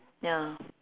ya